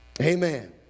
Amen